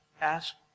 ask